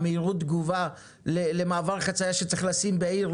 מהירות התגובה למעבר חציה שצריך לשים בעיר.